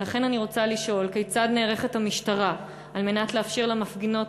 לכן אני רוצה לשאול: כיצד נערכת המשטרה על מנת לאפשר למפגינות